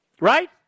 Right